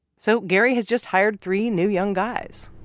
so gary has just hired three new young guys.